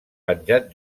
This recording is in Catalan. penjat